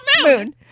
moon